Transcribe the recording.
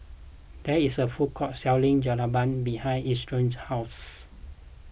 there is a food court selling Jalebi behind Isidro's house